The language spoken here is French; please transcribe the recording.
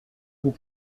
vous